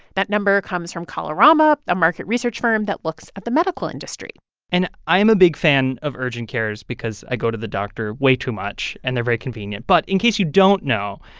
that number comes from kalorama, a market research firm that looks at the medical industry and i'm a big fan of urgent cares because i go to the doctor way too much and they're very convenient but in case you don't know,